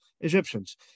egyptians